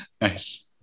Nice